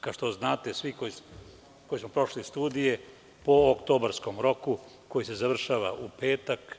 Kao što znate, svi mi koji smo prošli studije, po oktobarskom roku koji se završava u petak,